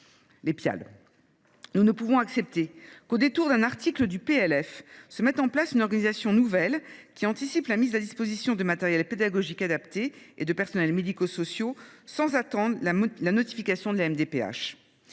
Nous ne pouvons accepter qu’au détour d’un article du PLF le Gouvernement impose une organisation nouvelle, anticipant la mise à disposition de matériel pédagogique adapté et de personnels médico sociaux sans attendre la notification de la